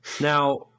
Now